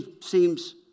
seems